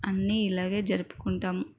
అన్నీ ఇలాగే జరుపుకుంటాం